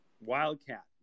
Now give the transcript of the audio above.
Wildcat